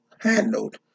handled